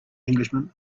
englishman